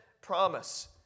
promise